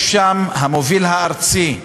יש שם המוביל הארצי,